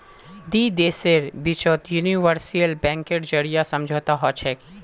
दी देशेर बिचत यूनिवर्सल बैंकेर जरीए समझौता हछेक